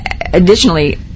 additionally